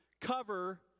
cover